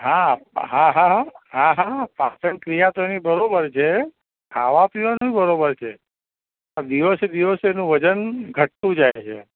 હા હા હા હા હા હા હા પાચનક્રિયા તો એની બરાબર છે ખાવા પીવાનુંય બરાબર છે દિવસે દિવસે એનું વજન ઘટતું જાય છે